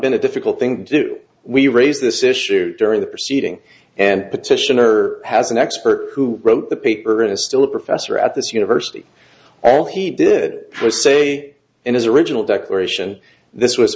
been a difficult thing do we raise this issue during the proceeding and petitioner has an expert who wrote the paper and is still a professor at this university all he did was say in his original declaration this was